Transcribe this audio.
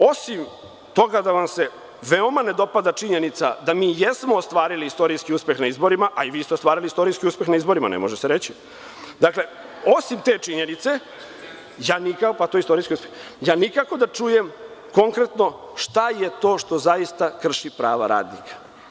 Osim toga da vam se veoma ne dopada činjenica da jesmo ostvarili istorijski uspeh na izborima, a i vi ste ostvarili istorijski uspeh na izborima, ne može se reći, osim te činjenice, nikako da čujem konkretno šta je to što krši prava radnika.